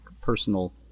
personal –